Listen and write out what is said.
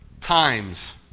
times